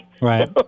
Right